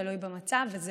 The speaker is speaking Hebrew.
תלוי במצב.